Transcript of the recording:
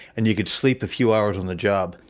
and you could sleep a few hours on the job.